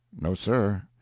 no, sir.